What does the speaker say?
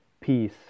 Peace